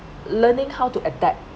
learning how to adapt